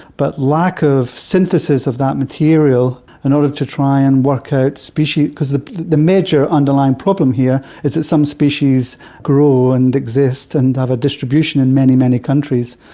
but lack of synthesis of that material in order to try and work out, because the the major underlying problem here is that some species grow and exist and have a distribution in many, many countries.